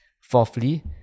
Fourthly